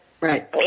Right